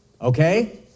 okay